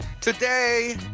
Today